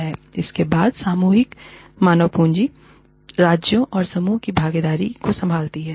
उसके बाद सामूहिक मानव पूंजी राज्यों और समूह की भागीदारी को सम्भालती है